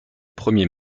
premier